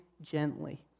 gently